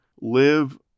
live